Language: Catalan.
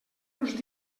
uns